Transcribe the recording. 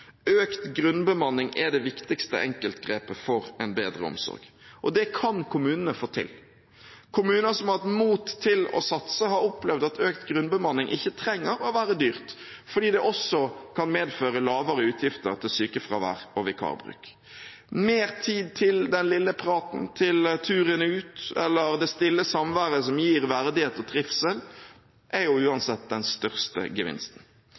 Økt grunnbemanning er det viktigste enkeltgrepet for en bedre omsorg, og det kan kommunene få til. Kommuner som har hatt mot til å satse, har opplevd at økt grunnbemanning ikke trenger å være dyrt, fordi det også kan medføre lavere utgifter til sykefravær og vikarbruk. Mer tid til den lille praten, til turen ut eller det stille samværet som gir verdighet og trivsel, er uansett den største gevinsten.